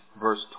Verse